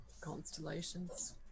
constellations